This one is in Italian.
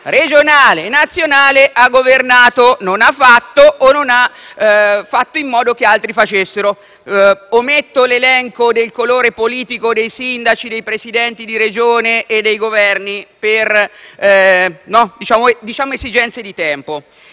regionale e nazionale, ha governato e non ha fatto o non ha fatto in modo che altri facessero. Ometto l’elenco del colore politico dei sindaci, dei Presidenti di Regione e dei Governi, per esigenze di tempo.